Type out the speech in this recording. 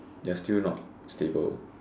you are still not stable